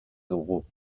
dugu